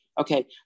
Okay